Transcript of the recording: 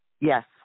Yes